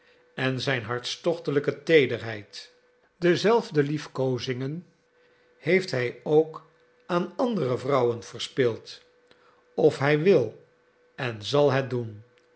en zijn hartstochtelijke teederheid dezelfde liefkozingen heeft hij ook aan andere vrouwen verspild of hij wil en zal het doen